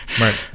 Right